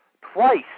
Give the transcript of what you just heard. twice